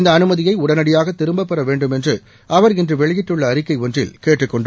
இந்த அனுமதியை உடனடியாக திரும்பப்பெற வேண்டுமென்று அவர் இன்று வெளியிட்டுள்ள அறிக்கை ஒன்றில் கேட்டுக் கொண்டுள்ளார்